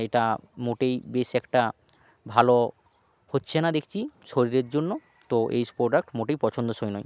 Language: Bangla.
এটা মোটেই বেশ একটা ভালো হচ্ছে না দেখছি শরীরের জন্য তো এই প্রোডাক্ট মোটেই পছন্দসই নয়